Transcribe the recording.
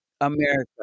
America